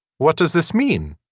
what does this mean.